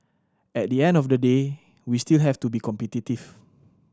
at the end of the day we still have to be competitive